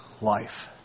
life